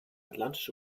atlantische